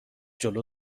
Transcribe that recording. جلو